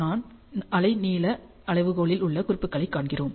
நாம் அலைநீள அளவுகோலில் உள்ள குறிப்புகளைக் காண்கிறோம்